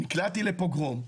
נקלעתי לפוגרום,